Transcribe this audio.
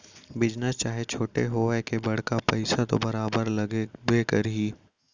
business चाहे छोटे होवय के बड़का पइसा तो बरोबर लगबे करही